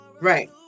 right